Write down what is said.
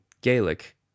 Gaelic